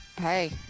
Hey